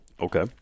Okay